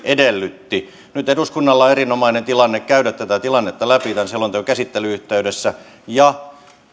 edellytti nyt eduskunnalla on erinomainen tilaisuus käydä tätä tilannetta läpi tämän selonteon käsittelyn yhteydessä ja